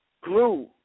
grew